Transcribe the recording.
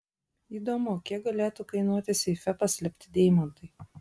įdomu kiek galėtų kainuoti seife paslėpti deimantai